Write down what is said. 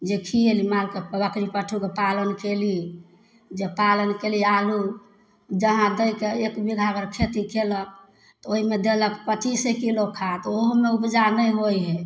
जे खियेली मालके रखली पशुके पालन केली जे पालन केली आओरो जहाँ दैके एक बिगहा अगर खेती केलक ओहिमे देलक पचीसे किलो खाद ओहू मे उपजा नहि होइ हइ